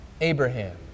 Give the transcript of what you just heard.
Abraham